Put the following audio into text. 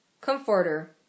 comforter